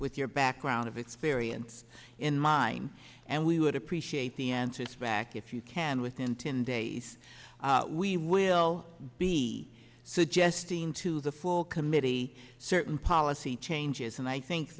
with your background of experience in mine and we would appreciate the answer is frak if you can within ten days we will be suggesting to the full committee certain policy changes and i think